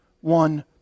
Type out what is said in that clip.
one